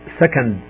second